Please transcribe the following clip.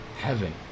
heaven